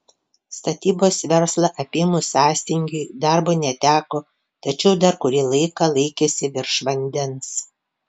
statybos verslą apėmus sąstingiui darbo neteko tačiau dar kurį laiką laikėsi virš vandens